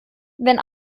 wenn